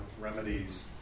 remedies